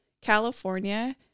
California